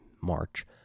March